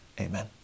Amen